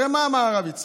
הרי מה אמר הרב יצחק?